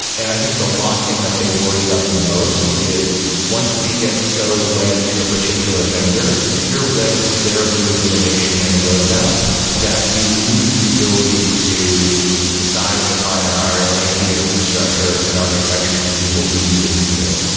and i think the lock-in that they worry about the most is once we get so wed to a particular vendor, we are wed to their view of innovation and a roadmap that we lose the ability to decide and define our it infrastructure and architecture to do what we needed to do.